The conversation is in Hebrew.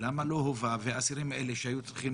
למה לא הובא ואסירים אלה שהיו צריכים